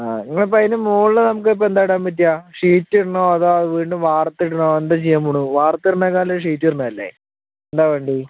ആ നിങ്ങളിപ്പോൾ അതിന്റെ മുകളിൽ നമുക്ക് ഇപ്പോൾ എന്താ ഇടാൻ പറ്റുക ഷീറ്റിടണോ അതോ വീണ്ടും വാർത്തിടണോ എന്ത് ചെയ്യാൻ പോകണു വർത്തിടണെക്കാളും ഷീറ്റ് ഇടണെയല്ലേ എന്താ വേണ്ടെ